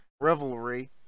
revelry